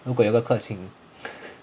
如果有 ke qing